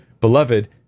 beloved